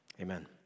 Amen